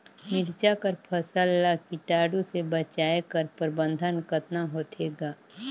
मिरचा कर फसल ला कीटाणु से बचाय कर प्रबंधन कतना होथे ग?